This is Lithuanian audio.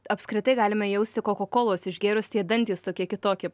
apskrita galime jausti kokakolos išgėrus tie dantys tokie kitokie